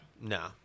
No